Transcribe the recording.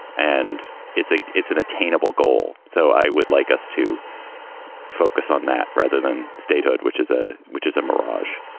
and it's a it's an attainable goal. so i would like us to focus on that rather than statehood, which is a which is a mirage.